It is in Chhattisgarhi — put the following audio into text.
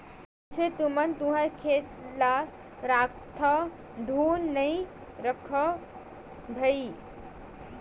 कइसे तुमन तुँहर खेत ल राखथँव धुन नइ रखव भइर?